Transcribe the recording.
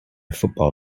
football